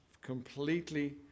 completely